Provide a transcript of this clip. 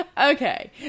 Okay